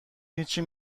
هیچی